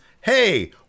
hey